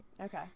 Okay